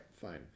fine